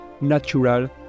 natural